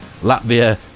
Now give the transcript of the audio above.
latvia